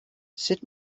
sut